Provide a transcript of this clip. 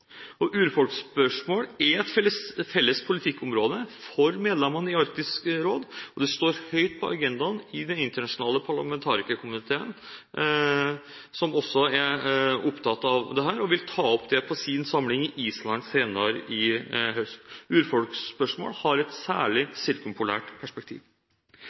Urfolksspørsmål er et felles politikkområde for medlemmene i Arktisk råd, og det står høyt på agendaen i den internasjonale parlamentarikerkomiteen, som også er opptatt av dette, og som vil ta opp det på sin samling på Island senere i høst. Urfolksspørsmål har et særlig sirkumpolært perspektiv.